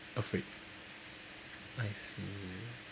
afraid I see